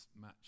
match